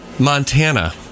Montana